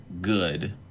good